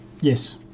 Yes